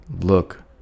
look